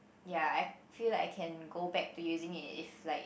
ya I feel like I can go back to using it if like